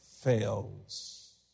fails